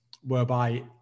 whereby